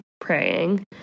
praying